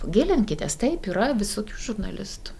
gilinkitės taip yra visokių žurnalistų